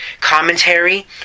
commentary